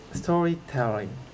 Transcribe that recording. storytelling